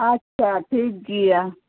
ᱟᱪᱪᱷᱟ ᱴᱷᱤᱠ ᱜᱮᱭᱟ